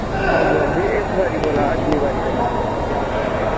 हां जी हां जी इस बारी कोला अगली बारी कोला दा अस पक्का ध्यान रखगे